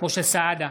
משה סעדה,